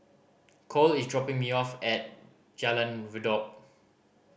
Kole is dropping me off at Jalan Redop